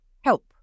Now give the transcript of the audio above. help